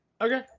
Okay